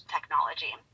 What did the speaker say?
technology